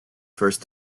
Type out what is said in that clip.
first